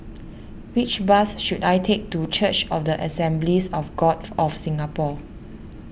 which bus should I take to Church of the Assemblies of God of Singapore